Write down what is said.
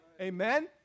Amen